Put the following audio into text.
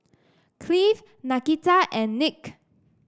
Cleve Nakita and Nick